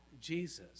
Jesus